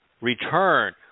return